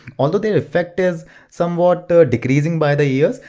although their effects is somewhat decreasing by the year,